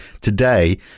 Today